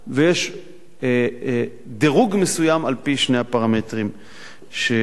ויש דירוג מסוים, על-פי שני הפרמטרים שאמרתי.